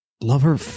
lover